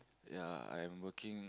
ya I'm working